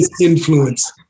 influence